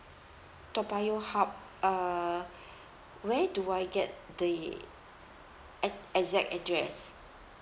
toa payoh hub uh where do I get the e~ exact address